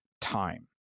time